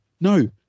No